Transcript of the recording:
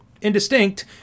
indistinct